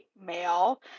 male